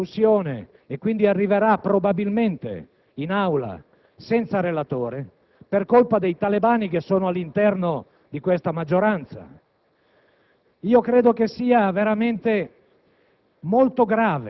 che anche il decreto-legge sulla sicurezza viene messo in discussione - e quindi arriverà probabilmente in Aula senza essere accompagnato dal relatore - per colpa dei talebani che sono all'interno di questa maggioranza.